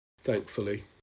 Thankfully